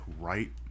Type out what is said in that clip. right